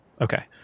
Okay